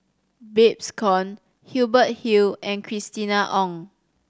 Babes Conde Hubert Hill and Christina Ong